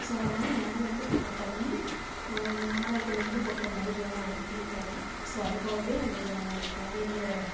so அதனால மேலே இருந்து கொட்டுற தண்ணி ஆகாயத்தில் இருந்து கொட்டுற மாதிரியான ஒரு ஃபீல் தரும் ஸோ அதுக்காகவே அந்த க கங்கை நீரை